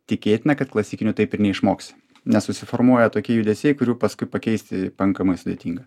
tikėtina kad klasikiniu taip ir neišmoksi nes susiformuoja tokie judesiai kurių paskui pakeisti pankamai sudėtinga